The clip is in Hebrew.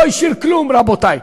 לא השאיר כלום, רבותי.